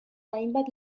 hainbat